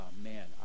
man